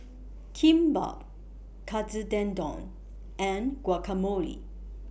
Kimbap Katsu Tendon and Guacamole